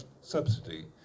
subsidy